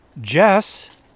Jess